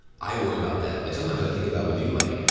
i worry about that. like sometimes i think about with you, like,